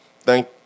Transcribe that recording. Thank